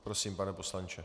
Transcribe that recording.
Prosím, pane poslanče.